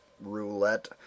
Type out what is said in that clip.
roulette